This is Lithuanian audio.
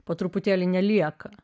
po truputėlį nelieka